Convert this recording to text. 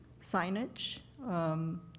signage